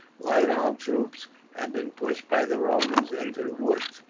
light armed troops had been pushed by the romans into the woods,